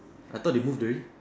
I thought they moved already